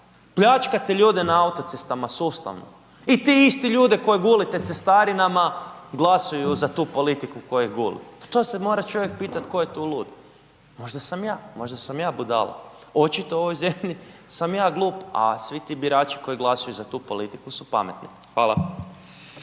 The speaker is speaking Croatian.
pljačkate ljude na autocestama sustavno i ti isti ljude koje gulite cestarinama glasuju za tu politiku koja ih guli, pa to se mora čovjek pitat tko je tu lud, možda sam ja, moža sam ja budala sam ja glup, a svi ti birači koji glasuju za tu politiku su pametni. Hvala.